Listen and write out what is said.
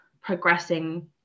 progressing